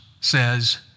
says